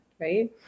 right